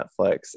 Netflix